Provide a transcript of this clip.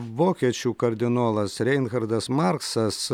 vokiečių kardinolas reinchardas marksas